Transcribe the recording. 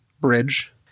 bridge